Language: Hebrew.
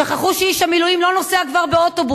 שכחו שאיש המילואים כבר לא נוסע באוטובוס,